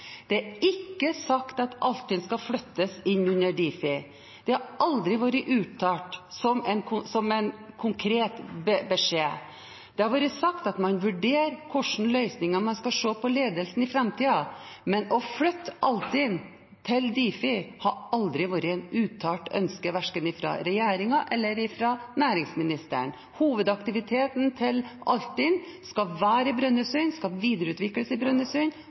at Altinn skal inn under Difi. Det har aldri vært uttalt som en konkret beskjed. Det har vært sagt at man vurderer hva slags løsninger for ledelsen man skal se på i framtiden. Å flytte Altinn til Difi har aldri vært et uttalt ønske, verken fra regjeringen eller næringsministeren. Altinns hovedaktivitet skal være i Brønnøysund, og den skal videreutvikles i